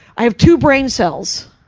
i have two brain cells,